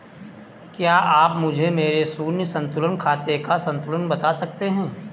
क्या आप मुझे मेरे शून्य संतुलन खाते का संतुलन बता सकते हैं?